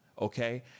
okay